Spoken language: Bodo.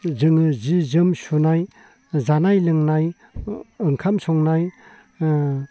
जोङो जि जोम सुनाय जानाय लोंनाय ओंखाम संनाय